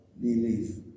belief